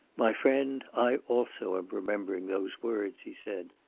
my friend, i also am remembering those words, he said.